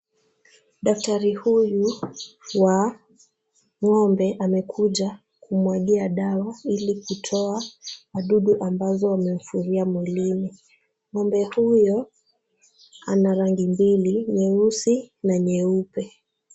Daktari huyu wa ng'ombe amekuja kumwagia dawa ili kutoa wadudu ambazo wamemfuria mwilini. Ng'ombe huyo ana rangi mbili, nyeusi na nyeupe.